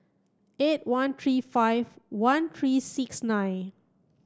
eight one three five one three six nine